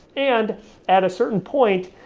and at a certain point,